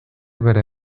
bere